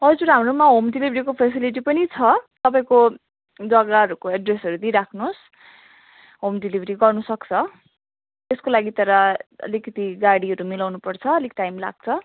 हजुर हाम्रोमा होम डेलिभरीको फेसिलिटी पनि छ तपाईँको जग्गाहरूको एड्रेसहरू दिइराख्नुहोस् होम डेलिभरी गर्नुसक्छ त्यसको लागि तर अलिकति गाडीहरू मिलाउनुपर्छ अलिक टाइम लाग्छ